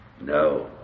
No